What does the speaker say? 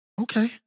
Okay